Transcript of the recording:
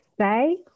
say